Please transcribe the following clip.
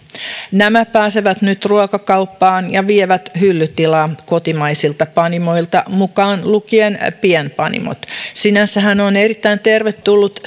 nämä pääsevät nyt ruokakauppaan ja vievät hyllytilaa kotimaisilta panimoilta mukaan lukien pienpanimot sinänsähän on erittäin tervetullut